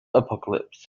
apocalypse